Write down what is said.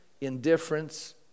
indifference